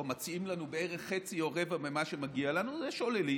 או מציעים לנו בערך חצי או רבע ממה שמגיע לנו זה שוללים,